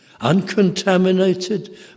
Uncontaminated